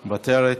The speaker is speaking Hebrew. מוותרת.